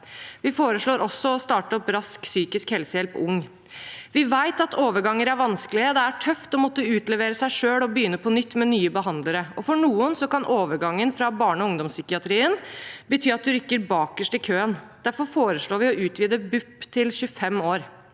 Vi foreslår også å starte opp Rask psykisk helsehjelp-ung. Vi vet at overganger er vanskelige. Det er tøft å måtte utlevere seg selv og begynne på nytt med nye behandlere. For noen kan overgangen fra barne- og ungdomspsykiatrien bety at man havner bakerst i køen. Derfor foreslår vi å utvide BUP-tilbudet